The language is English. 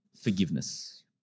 forgiveness